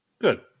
Good